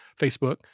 Facebook